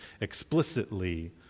explicitly